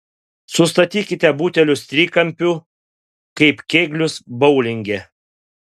sustatykite butelius trikampiu kaip kėglius boulinge